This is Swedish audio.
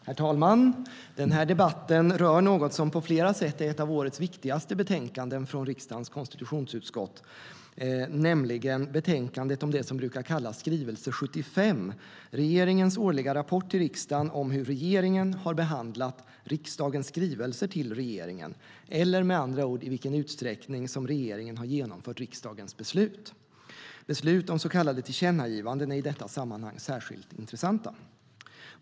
Herr talman! Den här debatten rör något som på flera sätt är ett av årets viktigaste betänkanden från riksdagens konstitutionsutskott, nämligen betänkandet om det som brukar kallas skrivelse 75, regeringens årliga rapport till riksdagen om hur regeringen har behandlat riksdagens skrivelser till regeringen, eller, med andra ord, i vilken utsträckning som regeringen har genomfört riksdagens beslut. Beslut om så kallade tillkännagivanden är i detta sammanhang särskilt intressanta.